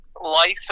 life